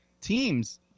teams